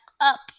up